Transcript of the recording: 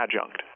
adjunct